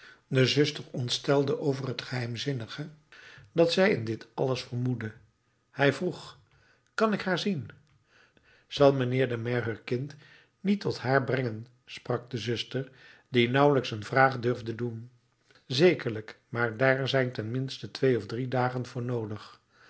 de zuster ontstelde over het geheimzinnige dat zij in dit alles vermoedde hij vroeg kan ik haar zien zal mijnheer de maire heur kind niet tot haar brengen sprak de zuster die nauwelijks een vraag durfde doen zekerlijk maar daar zijn ten minste twee of drie dagen voor noodig